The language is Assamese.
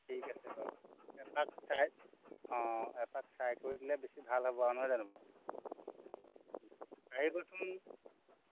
ঠিক আছে বাৰু এপাক চাই অ' এপাক চাই কৰি দিলে বেছি ভাল হ'ব নহয় জানো বাৰু আহিবচোন